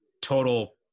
total